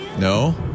no